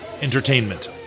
Entertainment